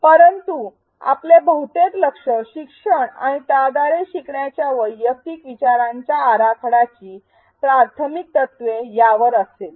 परंतु आपले बहुतेक लक्ष शिक्षण आणि त्याद्वारे शिकण्याच्या शैक्षणिक विचारांचा आराखड्याची प्राथमिक तत्त्वे यावर असेल